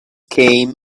came